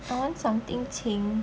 I want something 清